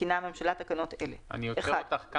מתקינה הממשלה תקנות אלה": אני עוצר אותך,